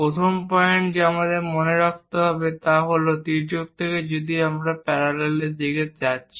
প্রথম পয়েন্ট যা আমাদের মনে রাখতে হবে তা হল তির্যক থেকে যদি আমরা প্যারালাল দিকে যাচ্ছি